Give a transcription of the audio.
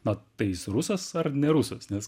na tai jis rusas ar ne rusas nes